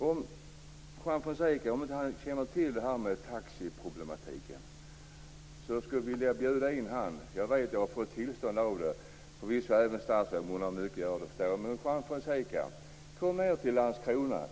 Om Juan Fonseca inte känner till den här taxiproblematiken vill jag bjuda honom till Landskrona och Helsingborg. Jag skulle förvisso även kunna bjuda statsrådet, men jag förstår att hon har mycket att göra.